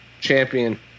champion